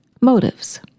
motives